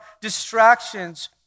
distractions